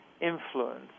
influence